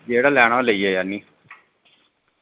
जेह्ड़ा लैना होग लेई जाओ आह्ननियै